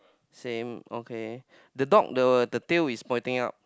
same okay the dog the tail is pointing out